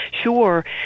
Sure